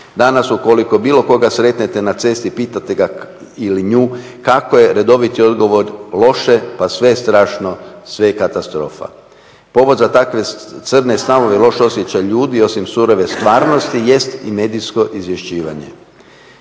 Danas ukoliko bilo koga sretnete na cesti i pitate ga ili nju kako je, redoviti odgovor je loše, pa sve strašno, sve je katastrofa. Povod za takve crne stavove i loš osjećaj ljudi, osim surove stvarnosti jest i medijsko izvješćivanje.